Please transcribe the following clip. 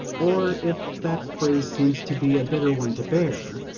or if that phrase seems to be a bitter one to bear,